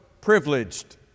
privileged